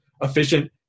efficient